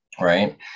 Right